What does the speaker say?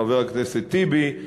חבר הכנסת טיבי,